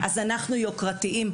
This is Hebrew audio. אז אנחנו יוקרתיים,